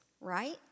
right